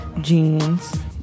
jeans